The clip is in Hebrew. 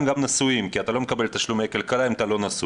הם גם נשואים כי אתה לא מקבל תשלומי כלכלה אם אתה לא נשוי.